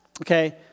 Okay